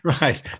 Right